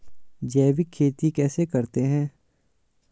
जैविक खेती कैसे करते हैं?